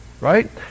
Right